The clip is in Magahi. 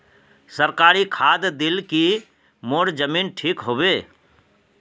सरकारी खाद दिल की मोर जमीन ठीक होबे?